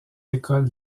écoles